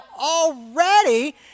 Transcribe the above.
already